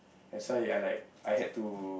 that's why I like I had to